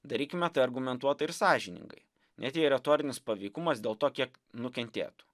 darykime tai argumentuotai ir sąžiningai net jei retorinis paveikumas dėl to kiek nukentėtų